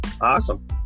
Awesome